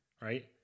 right